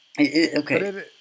okay